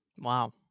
Wow